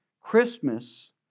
Christmas